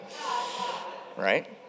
Right